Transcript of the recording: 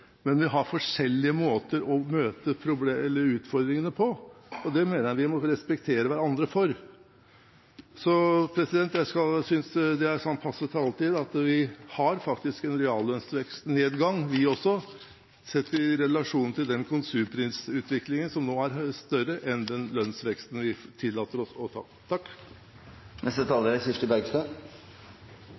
men vi har forskjellige måter å møte utfordringene på, og det mener jeg vi må respektere hverandre for. Jeg synes dette er passe taletid. Vi har faktisk en reallønnsvekstnedgang, vi også, sett i relasjon til konsumprisutviklingen, som nå er større enn den lønnsveksten vi tillater oss å ta.